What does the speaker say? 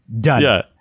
Done